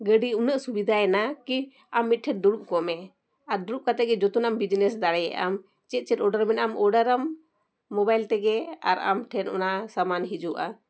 ᱜᱟᱹᱰᱤ ᱩᱱᱟᱹᱜ ᱥᱩᱵᱤᱫᱟᱭᱮᱱᱟ ᱠᱤ ᱟᱢ ᱢᱤᱫᱴᱷᱮᱱ ᱫᱩᱲᱩᱵ ᱠᱚᱜᱢᱮ ᱟᱨ ᱫᱩᱲᱩᱵ ᱠᱟᱛᱮᱫ ᱜᱮ ᱡᱚᱛᱚᱱᱟᱜ ᱮᱢ ᱫᱟᱲᱮᱭᱟᱜ ᱟᱢ ᱪᱮᱫ ᱪᱮᱫ ᱢᱮᱱᱟᱜᱼᱟ ᱟᱢ ᱟᱢ ᱛᱮᱜᱮ ᱟᱨ ᱟᱢ ᱴᱷᱮᱱ ᱚᱱᱟ ᱥᱟᱢᱟᱱ ᱦᱤᱡᱩᱜᱼᱟ